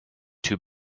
too